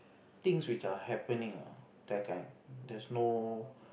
things which are happening ah that kind there's no